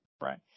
Right